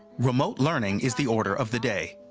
remote learning is the order of the day.